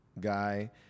guy